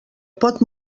pot